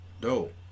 Dope